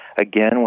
again